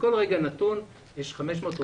בכל רגע נתון יש 500 רופאים.